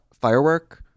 firework